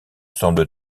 semble